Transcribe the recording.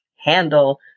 handle